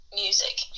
music